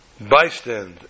bystand